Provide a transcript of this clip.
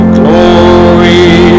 glory